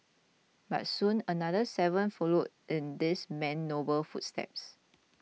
but soon another seven followed in this man's noble footsteps